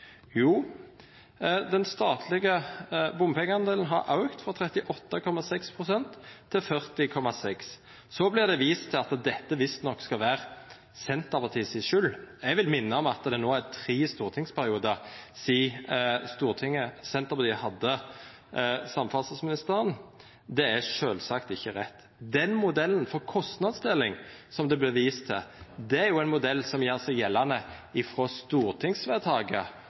Jo, bompengedelen har auka frå 38,6 pst. til 40,6. Så vert det vist til at dette visstnok skal vera Senterpartiet si skyld. Eg vil minna om at det no er tre stortingsperiodar sidan Senterpartiet hadde samferdselsministeren, så det er sjølvsagt ikkje rett. Modellen for kostnadsdeling som det vert vist til, er ein modell som gjer seg gjeldande frå stortingsvedtaket